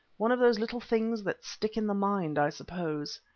one of those little things that stick in the mind, i suppose.